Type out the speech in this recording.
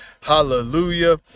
hallelujah